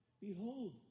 Behold